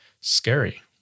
Scary